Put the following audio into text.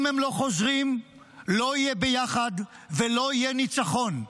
אם הם לא חוזרים לא יהיה ביחד ולא יהיה ניצחון.